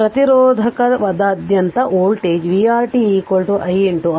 ಆದ್ದರಿಂದ ಪ್ರತಿರೋಧಕದಾದ್ಯಂತ voltage vR t i R